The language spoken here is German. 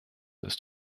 ist